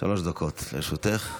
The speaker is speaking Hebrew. שלוש דקות לרשותך.